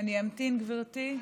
אני אמתין, גברתי.